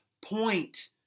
point